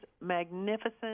magnificent